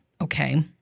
Okay